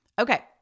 Okay